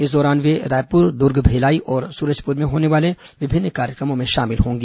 इस दौरान वे रायपुर दुर्ग भिलाई और सूरजपुर में होने वाले विभिन्न कार्यक्रमों में शामिल होंगी